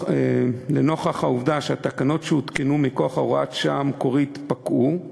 לנוכח העובדה שהתקנות שהותקנו מכוח הוראת השעה המקורית פקעו,